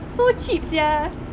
so cheap sia